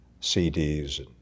CDs